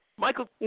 Michael